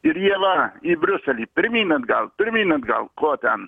ir jie va į briuselį pirmyn atgal pirmyn atgal ko ten